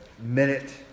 minute